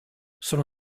sono